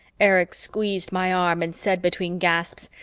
erich squeezed my arm and said between gasps,